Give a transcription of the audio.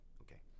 Okay